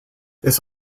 this